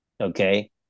okay